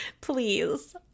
please